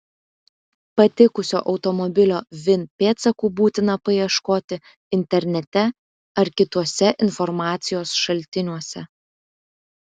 patikusio automobilio vin pėdsakų būtina paieškoti internete ar kituose informacijos šaltiniuose